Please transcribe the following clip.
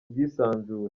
bwisanzure